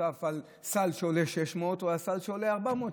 מוסף על סל שעולה 600 או על סל שעולה 400 שקל?